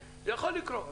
זה יכול לקרות.